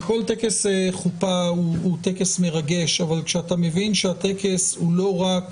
כל טקס חופה הוא טקס מרגש אבל כשאתה מבין שהטקס הוא לא רק